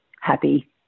happy